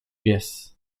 pies